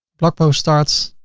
blog post starts,